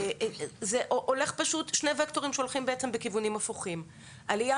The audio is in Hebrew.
אלה שני וקטורים שהולכים פשוט בכיוונים הפוכים: עלייה